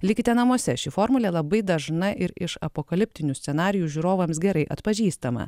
likite namuose ši formulė labai dažna ir iš apokaliptinių scenarijų žiūrovams gerai atpažįstama